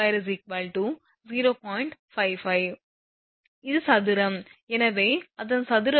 இது சதுரம் எனவே அதன் சதுர வேர் 63